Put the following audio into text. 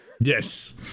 Yes